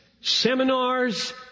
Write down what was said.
seminars